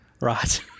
Right